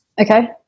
Okay